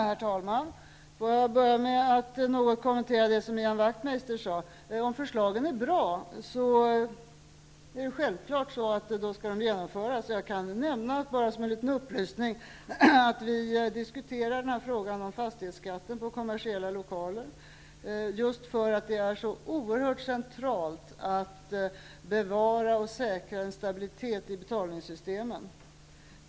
Herr talman! Låt mig börja med att något kommentera det som Ian Wachtmeister sade. Om förslagen är bra, är det självklart att de skall genomföras. Jag kan nämna, bara som en liten upplysning, att vi diskuterar frågan om fastighetsskatten på kommersiella lokaler just därför att det är så oerhört centralt att bevara och säkra en stabilitet i betalningssystemen.